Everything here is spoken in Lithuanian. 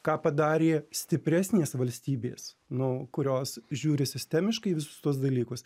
ką padarė stipresnės valstybės nu kurios žiūri sistemiškai visus tuos dalykus